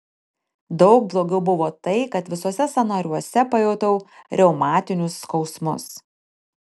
daug blogiau buvo tai kad visuose sąnariuose pajutau reumatinius skausmus